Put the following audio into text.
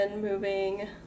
moving